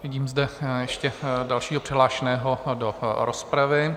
Vidím zde ještě dalšího přihlášeného do rozpravy.